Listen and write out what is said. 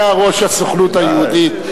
היה ראש הסוכנות היהודית,